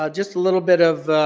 ah just a little bit of